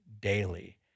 daily